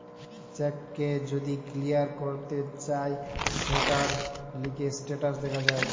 check কে যদি clear করতে চায় সৌটার লিগে স্টেটাস দেখা যায়